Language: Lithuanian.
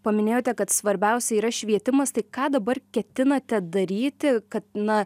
paminėjote kad svarbiausia yra švietimas tai ką dabar ketinate daryti kad na